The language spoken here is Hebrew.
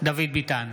דוד ביטן,